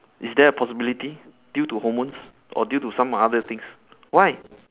is there a possibility due to hormones or due to some other things why